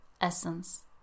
essence